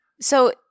So-